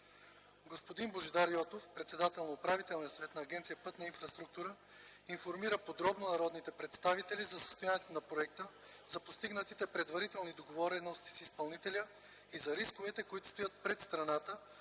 Господин Божидар Йотов – председател на Управителния съвет на Агенция „Пътна инфраструктура”, информира подробно народните представители за състоянието на проекта, за постигнатите предварителни договорености с изпълнителя и за рисковете, които стоят пред страната,